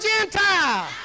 Gentile